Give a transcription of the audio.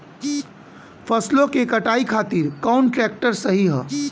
फसलों के कटाई खातिर कौन ट्रैक्टर सही ह?